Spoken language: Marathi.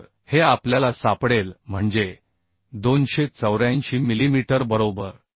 तर हे आपल्याला सापडेल म्हणजे 284 मिलीमीटर बरोबर